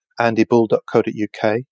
andybull.co.uk